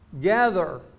Gather